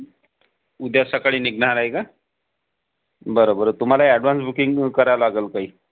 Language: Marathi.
उद्या सकाळी निघनार आहे का बर बर तुम्हाला ऍडव्हान्स बुकिंग करा लागेल काही